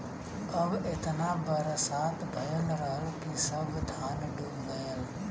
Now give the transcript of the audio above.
अब एतना बरसात भयल रहल कि सब धान डूब गयल